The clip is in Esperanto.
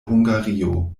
hungario